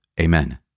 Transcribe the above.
Amen